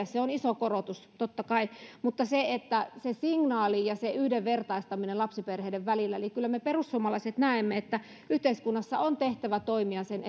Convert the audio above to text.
se on iso korotus totta kai mutta se signaali ja se yhdenvertaistaminen lapsiperheiden välillä on tärkeä eli kyllä me perussuomalaiset näemme että yhteiskunnassa on tehtävä toimia sen